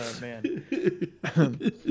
man